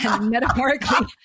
Metaphorically